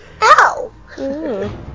Ow